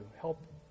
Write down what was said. help